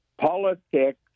politics